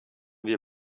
wir